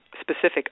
specific